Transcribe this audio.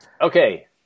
Okay